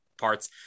parts